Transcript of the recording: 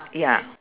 ya